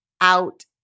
out